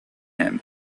him